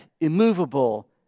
immovable